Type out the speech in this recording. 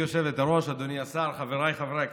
גברתי היושבת-ראש, אדוני השר, חבריי חברי הכנסת,